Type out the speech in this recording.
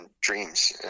dreams